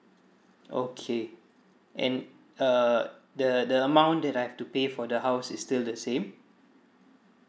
okay and err the the amount that I have to pay for the house is still the same